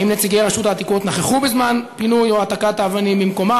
האם נציגי רשות העתיקות נכחו בזמן פינוי או העתקת האבנים ממקומן?